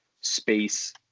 space